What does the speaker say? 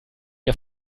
ihr